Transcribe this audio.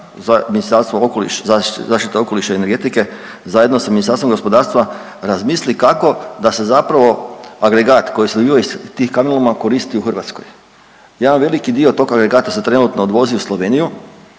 zaštite okoliša i energetike zajedno sa Ministarstvom gospodarstva razmisli kako da se zapravo agregat koji su … kamenoloma koristi u Hrvatskoj. Jedan veliki dio tog agregata se trenutno odvozi u Sloveniju,